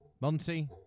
Monty